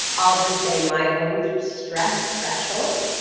i'll just say my own stress threshold